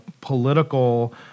political